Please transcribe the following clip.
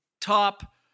top